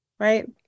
Right